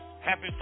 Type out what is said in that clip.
Happy